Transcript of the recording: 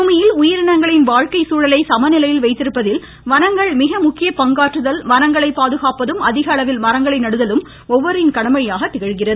பூமியில் உயிரினங்களின் வாழ்க்கை சூழலை சமநிலையில் வைத்திருப்பதில் வனங்கள் மிக முக்கிய பங்காற்றுவதால் வனங்களை பாதுகாப்பதும் அதிக அளவில் மரங்களை நடுதலும் ஒவ்வொருவரின் கடமையாக திகழ்கிறது